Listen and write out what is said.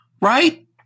right